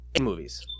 movies